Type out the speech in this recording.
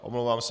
Omlouvám se.